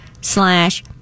slash